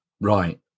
Right